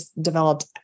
developed